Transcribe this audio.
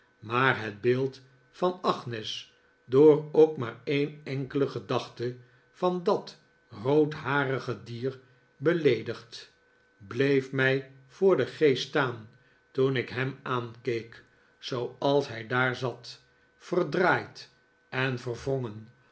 maar het beeld van agnes door ook maar een enkele gedachte van dat roodharige dier beleedigd bleef mij voor den geest staan toen ik hem aankeek zooals hij daar zat verdraaid en verwrongen